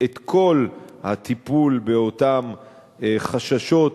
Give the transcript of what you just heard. את כל הטיפול באותם חששות,